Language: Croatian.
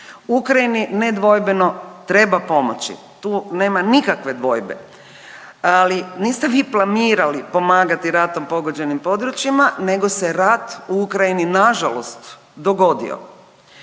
Ukrajini nedvojbeno treba pomoći, tu nema nikakve dvojbe, ali niste vi planirali pomagati ratom pogođenim područjima nego se rat u Ukrajini nažalost dogodio,